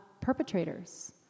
perpetrators